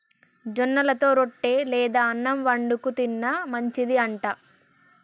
జొన్నలతో రొట్టె లేదా అన్నం వండుకు తిన్న మంచిది అంట